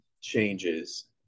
changes